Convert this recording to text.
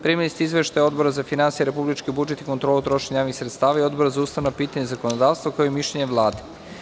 Primili ste izveštaje Odbora za finansije, republički budžet i kontrolu trošenja javnih sredstava i Odbora za ustavna pitanja i zakonodavstvo, kao i mišljenje Vlade.